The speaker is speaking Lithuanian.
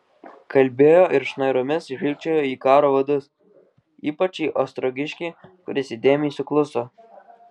kalbėjo ir šnairomis žvilgčiojo į karo vadus ypač į ostrogiškį kuris įdėmiai sukluso